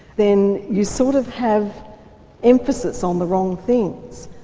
then you sort of have emphasis on the wrong things.